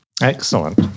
Excellent